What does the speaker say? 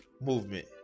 Movement